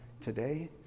today